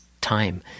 time